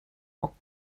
och